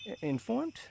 informed